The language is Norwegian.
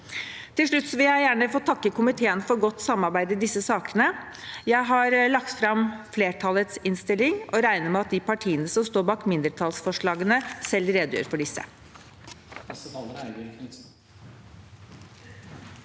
Til slutt vil jeg gjerne takke komiteen for godt samarbeid i disse sakene. Jeg har redegjort for flertallets innstilling og regner med at de partiene som står bak mindretallsforslagene, selv redegjør for disse.